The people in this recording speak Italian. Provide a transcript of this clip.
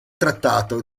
trattato